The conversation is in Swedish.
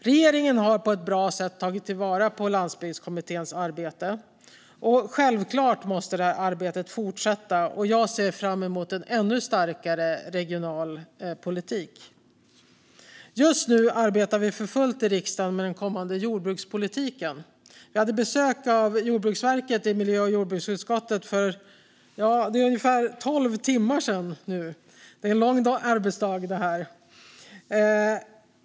Regeringen har på ett bra sätt tagit till vara Landsbygdskommitténs arbete. Självklart måste arbetet fortsätta, och jag ser fram emot en ännu starkare regional politik. Just nu arbetar vi för fullt i riksdagen med den kommande jordbrukspolitiken. Vi hade besök av Jordbruksverket i miljö och jordbruksutskottet för ungefär tolv timmar sedan. Ja, det här är en lång arbetsdag.